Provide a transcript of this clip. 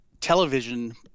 television